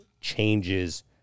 changes